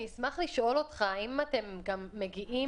אני אשמח לשאול אותך האם אתם גם מגיעים